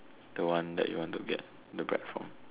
the one that you want to get the bread from